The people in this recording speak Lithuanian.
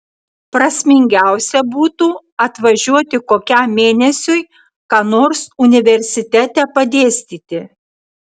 prasmingiausia būtų atvažiuoti kokiam mėnesiui ką nors universitete padėstyti